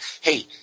hey